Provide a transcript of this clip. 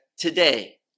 Today